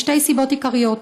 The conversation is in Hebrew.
משתי סיבות עיקריות.